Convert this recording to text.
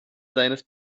seines